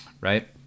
right